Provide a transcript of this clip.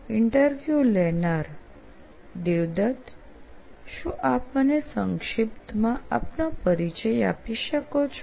interview લેનાર દેવદત શું આપ મને સંક્ષિપ્તમાં આપનો પરિચય આપી શકો છો